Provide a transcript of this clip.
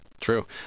True